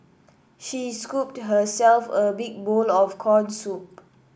she scooped herself a big bowl of corn soup